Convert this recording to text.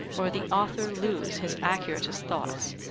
or the author lose his accuratest thoughts,